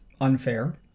unfair